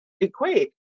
equate